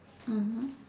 mmhmm